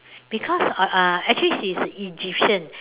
because uh uh actually she's Egyptian